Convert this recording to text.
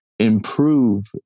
improve